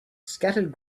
scattered